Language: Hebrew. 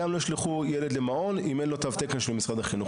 גם לא ישלחו ילד למעון אם אין לו תו תקן של משרד החינוך.